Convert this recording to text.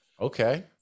Okay